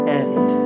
end